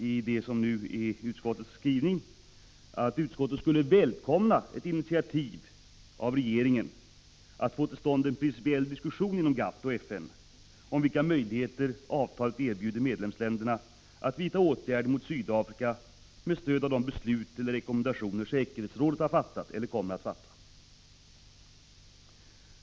I det som är utskottets skrivning står att utskottet ”skulle välkomna ett initiativ av regeringen för att få till stånd en principiell diskussion inom GATT och FN om vilka möjligheter avtalet erbjuder medlemsländerna att vidta åtgärder mot Sydafrika med stöd av de beslut eller rekommendationer säkerhetsrådet har fattat eller kommer att fatta”.